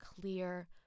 clear